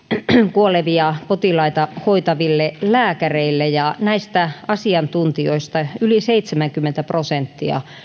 kuolevia potilaita hoitaville lääkäreille ja näistä asiantuntijoista yli seitsemänkymmentä prosenttia